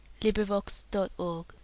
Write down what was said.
LibriVox.org